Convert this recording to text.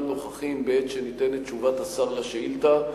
נוכחים בעת שניתנת תשובת השר על שאילתא,